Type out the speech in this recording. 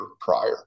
prior